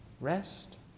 rest